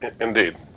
Indeed